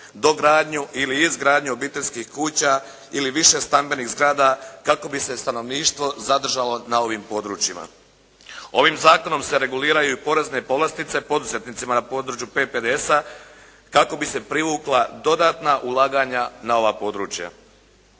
dogradnju ili izgradnju obiteljskih kuća ili više stambenih zgrada kako bi se stanovništvo zadržalo na ovim područjima. Ovim zakonom se reguliraju i porezne povlastice poduzetnicima na području PPDS-a kako bi se privukla dodatna ulaganja na ova područja.